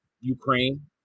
Ukraine